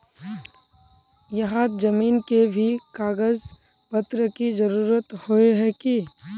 यहात जमीन के भी कागज पत्र की जरूरत होय है की?